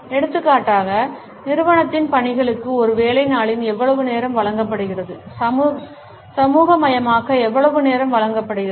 எடுத்துக்காட்டாக நிறுவனத்தின் பணிகளுக்கு ஒரு வேலை நாளில் எவ்வளவு நேரம் வழங்கப்படுகிறது சமூகமயமாக்க எவ்வளவு நேரம் வழங்கப்படுகிறது